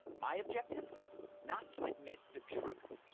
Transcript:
my objective not to admit the truth.